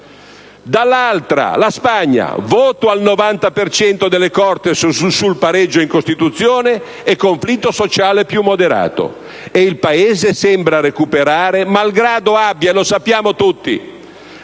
Dall'altra parte, in Spagna voto al 90 per cento delle Cortes sul pareggio in Costituzione e conflitto sociale più moderato. Il Paese sembra recuperare, malgrado abbia - lo sappiamo tutti